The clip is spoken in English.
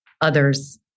others